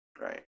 Right